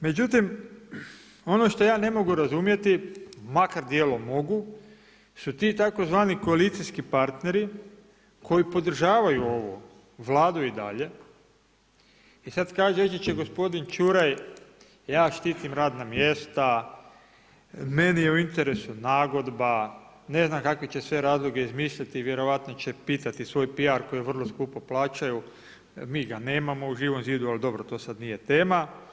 Međutim ono što ja ne mogu razumjeti, makar djelom mogu su ti tzv. koalicijski partneri koji podražavaju ovu Vladu i dalje i sad kaže, reći će gospodin Čuraj, ja štitim radna mjesta, meni je u interesu nagodba, ne znam kakvi će sve razloge izmisliti, vjerovatno će pitati svoj PR koji vrlo skupo plaćaju, mi ga nemamo u Živom zidu, ali dobro to sad nije tema.